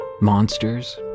Monsters